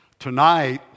Tonight